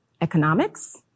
economics